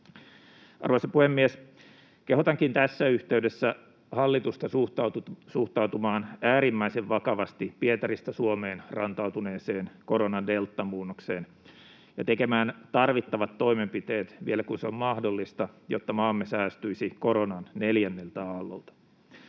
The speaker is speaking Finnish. Arvoisa puhemies! Kehotankin tässä yhteydessä hallitusta suhtautumaan äärimmäisen vakavasti Pietarista Suomeen rantautuneeseen koronan deltamuunnokseen ja tekemään tarvittavat toimenpiteet vielä, kun se on mahdollista, jotta maamme säästyisi koronan neljänneltä aallolta.